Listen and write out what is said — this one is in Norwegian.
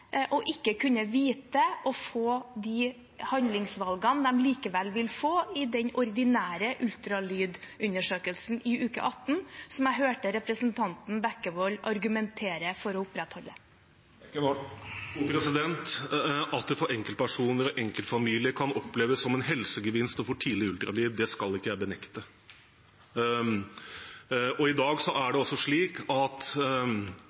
å ikke kunne vite og få de handlingsvalgene de likevel vil få i den ordinære ultralydundersøkelsen i uke 18, som jeg hørte representanten Bekkevold argumentere for å opprettholde? At det for enkeltpersoner og enkeltfamilier kan oppleves som en helsegevinst å få tidlig ultralyd, skal ikke jeg benekte. I dag er det også slik at